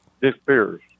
disappears